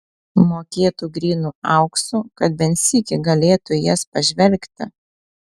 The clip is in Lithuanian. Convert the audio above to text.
mokėtų grynu auksu kad bent sykį galėtų į jas pažvelgti